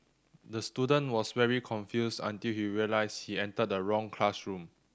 the student was very confused until he realised he entered the wrong classroom